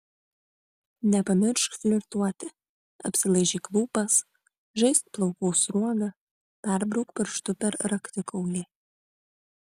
nepamiršk flirtuoti apsilaižyk lūpas žaisk plaukų sruoga perbrauk pirštu per raktikaulį